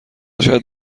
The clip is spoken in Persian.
شاید